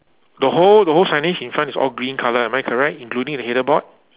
the whole the whole signage in front is all green in colour am I correct including the header board